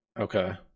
Okay